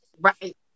Right